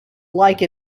like